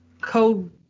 code